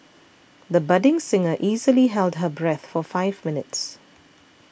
the budding singer easily held her breath for five minutes